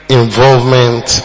involvement